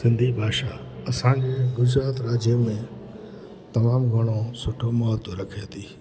सिंधी भाषा असांजे गुजरात राज्य में तमामु घणो सुठो महत्वु रखे थी